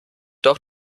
doch